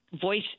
voice